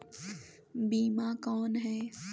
बीमा कौन है?